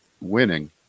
winning